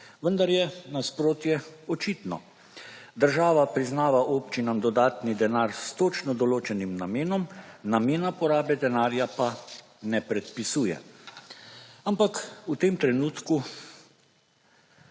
vendar je nasprotje očitno. Država priznava občinam dodani denar s točno določenim namenom, namena porabe denarja pa ne predpisuje, ampak v tem trenutku